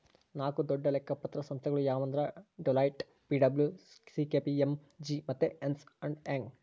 ನಾಕು ದೊಡ್ಡ ಲೆಕ್ಕ ಪತ್ರ ಸಂಸ್ಥೆಗುಳು ಯಾವಂದ್ರ ಡೆಲೋಯ್ಟ್, ಪಿ.ಡಬ್ಲೂ.ಸಿ.ಕೆ.ಪಿ.ಎಮ್.ಜಿ ಮತ್ತೆ ಎರ್ನ್ಸ್ ಅಂಡ್ ಯಂಗ್